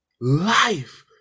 Life